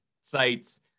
sites